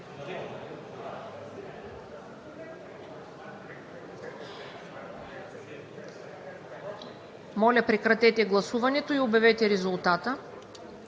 Моля, прекратете гласуването и обявете резултата: